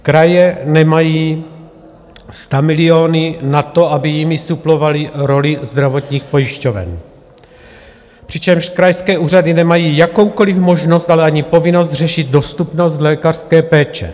Kraje nemají stamiliony na to, aby jimi suplovaly roli zdravotních pojišťoven, přičemž krajské úřady nemají jakoukoli možnost, ale ani povinnost řešit dostupnost lékařské péče.